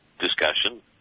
discussion